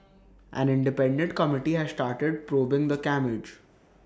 an independent committee has started probing the carnage